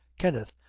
kenneth,